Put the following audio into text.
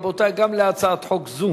רבותי, גם להצעת חוק זו